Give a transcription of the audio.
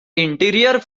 interior